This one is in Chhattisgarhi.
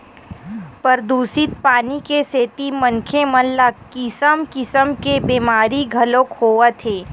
परदूसित पानी के सेती मनखे मन ल किसम किसम के बेमारी घलोक होवत हे